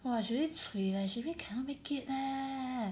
!wah! she really cui leh she really cannot make it leh